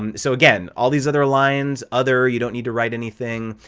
um so again, all these other lines, other. you don't need to write anything,